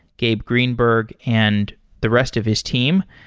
gabe greenberg, and the rest of his team.